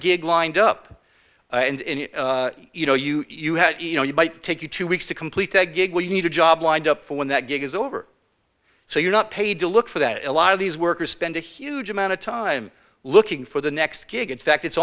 gig lined up and you know you know you might take you two weeks to complete a gig where you need a job lined up for when that gig is over so you're not paid to look for that a lot of these workers spend a huge amount of time looking for the next gig in fact it's